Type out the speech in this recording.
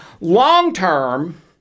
long-term